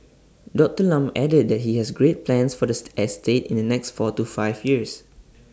Doctor Lam added that he has great plans for the estate in the next four to five years